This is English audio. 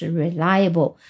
reliable